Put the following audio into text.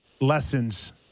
lessons